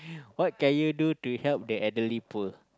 what can you do to help the elderly poor